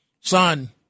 Son